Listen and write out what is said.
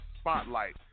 spotlight